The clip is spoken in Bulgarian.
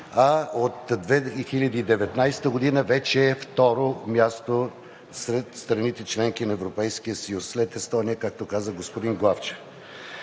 а от 2019 г. вече второ място сред страните – членки на Европейския съюз, след Естония, както каза господин Главчев.